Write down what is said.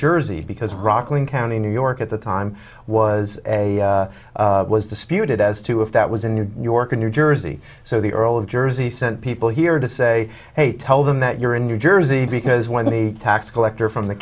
jersey because rockland county new york at the time was a was disputed as to if that was in new york or new jersey so the earl of jersey sent people here to say hey tell them that you're in new jersey because when the tax collector from the